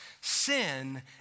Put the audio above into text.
Sin